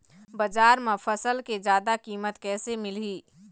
बजार म फसल के जादा कीमत कैसे मिलही?